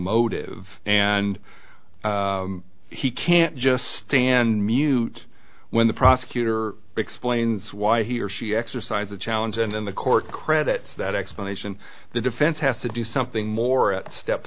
motive and he can't just stand mute when the prosecutor explains why he or she exercised that challenge and in the court credits that explanation the defense has to do something more at step